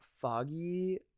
foggy